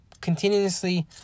continuously